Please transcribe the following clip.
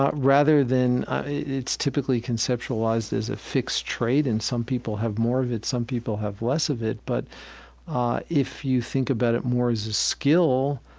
ah rather than it's typically conceptualized as a trait and some people have more of it some people have less of it. but if you think about it more as a skill,